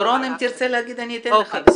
דורון, אם תרצה להגיב אני אתן לך.